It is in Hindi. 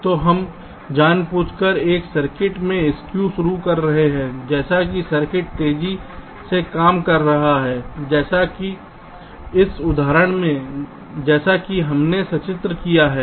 तो हम जानबूझकर एक सर्किट में स्कू शुरू कर रहे हैं जैसे कि सर्किट तेजी से काम कर सकता है जैसे कि इस उदाहरण में जैसा कि हमने सचित्र किया है